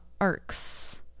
arcs